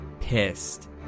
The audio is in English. pissed